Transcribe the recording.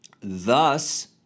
Thus